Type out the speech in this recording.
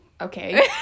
Okay